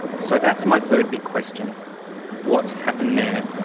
so that's my third big question what happened there?